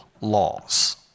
laws